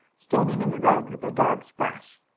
standing in the road, with their dog splash.